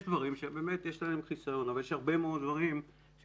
יש דברים שבאמת יש להם חיסיון אבל יש הרבה מאוד דברים שאפשר